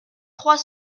trois